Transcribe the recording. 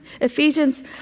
Ephesians